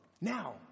Now